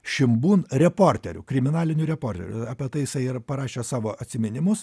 šimbun reporteriu kriminaliniu reporteriu apie tai jisai yra parašęs savo atsiminimus